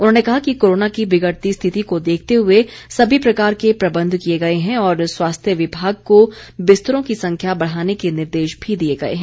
उन्होंने कहा कि कोरोना की बिगड़ती स्थिति को देखते हुए सभी प्रकार के प्रबंध किए गए हैं और स्वास्थ्य विभाग को बिस्तरों की संख्या बढ़ाने के निर्देश भी दिए गए हैं